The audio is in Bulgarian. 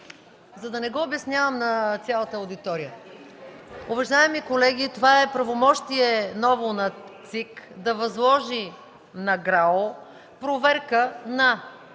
За да не го обяснявам на цялата аудитория, уважаеми колеги, това е ново правомощие на ЦИК да възложи на Гражданска